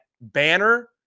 banner